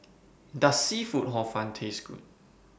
Does Seafood Hor Fun Taste Good